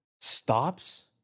stops